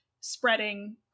spreading